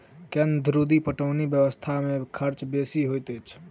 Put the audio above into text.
केन्द्र धुरि पटौनी व्यवस्था मे खर्च बेसी होइत अछि